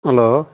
hello